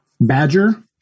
Badger